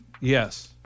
Yes